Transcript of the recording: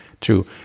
true